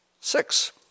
six